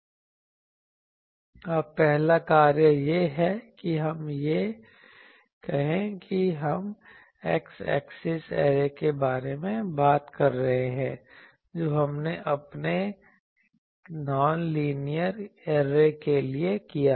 अब पहला कार्य यह है कि हम यह कहें कि हम x एक्सिस ऐरे के बारे में बात कर रहे हैं जो हमने अपने गैर लीनियर ऐरे के लिए किया था